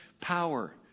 power